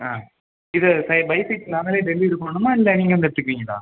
ஆ இது பைசைக்கிள் நாங்களே டெலிவெரி பண்ணணுமா இல்லை நீங்கள் வந்து எடுத்துக்குவீங்களா